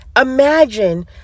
Imagine